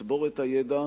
לצבור את הידע,